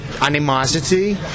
Animosity